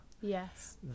Yes